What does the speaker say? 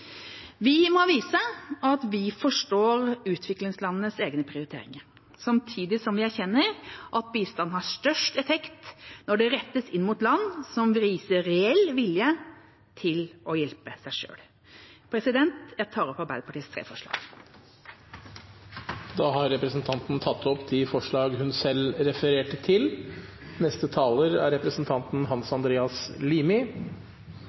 Vi må vise at vi forstår utviklingslandenes egne prioriteringer, samtidig som vi erkjenner at bistand har størst effekt når den rettes inn mot land som viser reell vilje til å hjelpe seg selv. Jeg tar opp Arbeiderpartiets tre forslag. Representanten Anniken Huitfeldt har tatt opp de forslagene hun refererte til.